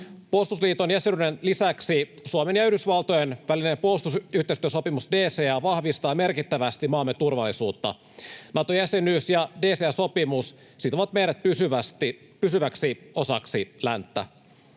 Puolustusliiton jäsenyyden lisäksi Suomen ja Yhdysvaltojen välinen puolustusyhteistyösopimus DCA vahvistaa merkittävästi maamme turvallisuutta. Nato-jäsenyys ja DCA-sopimus sitovat meidät pysyväksi osaksi länttä.